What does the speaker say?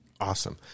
Awesome